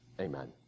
Amen